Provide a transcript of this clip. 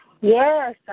Yes